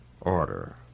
Order